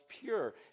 pure